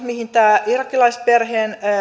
mihin tämä irakilaisperheen